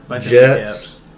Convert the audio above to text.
Jets